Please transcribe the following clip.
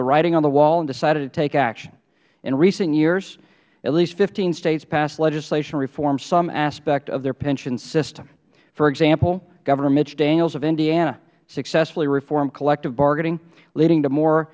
the writing on the wall and decided to take action in recent years at least fifteen states passed legislation reform some aspect of their pension system for example governor mitch daniels of indiana successfully reformed collective bargaining leading to more